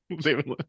David